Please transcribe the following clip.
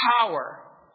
power